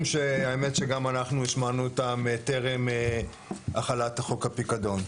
שהאמת שגם אנחנו השמענו אותם עוד טרם החלת חוק הפיקדון.